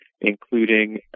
including